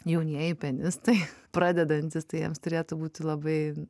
jaunieji pianistai pradedantys tai jiems turėtų būti labai